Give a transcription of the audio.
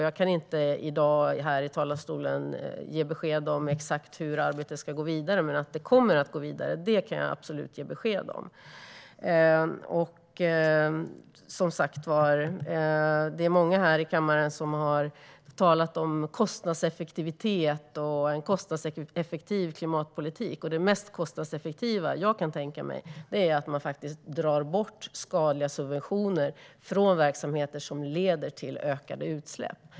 Jag kan inte i dag i talarstolen ge exakt besked om hur arbetet ska gå vidare, men det kommer att gå vidare. Många här i kammaren har talat om kostnadseffektivitet och kostnadseffektiv klimatpolitik. Det mest kostnadseffektiva jag kan tänka mig är att ta bort skadliga subventioner från verksamheter som leder till ökade utsläpp.